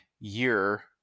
year